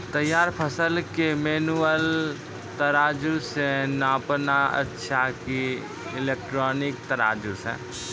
तैयार फसल के मेनुअल तराजु से नापना अच्छा कि इलेक्ट्रॉनिक तराजु से?